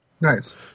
Nice